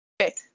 Okay